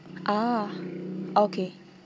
ah okay